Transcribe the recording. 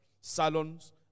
salons